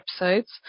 episodes